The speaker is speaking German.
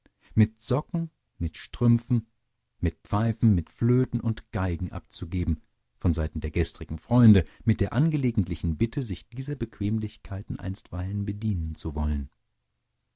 mit socken mit strümpfen mit pfeifen mit flöten und geigen abzugeben von seiten der gestrigen freunde mit der angelegentlichen bitte sich dieser bequemlichkeiten einstweilen bedienen zu wollen